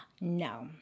no